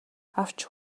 авч